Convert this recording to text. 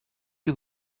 you